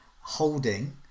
holding